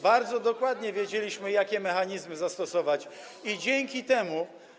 Bardzo dokładnie wiedzieliśmy, jakie mechanizmy zastosować i dzięki temu.